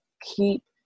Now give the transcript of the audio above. keep